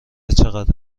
چقدر